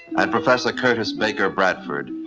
and professor curtis baker bradford,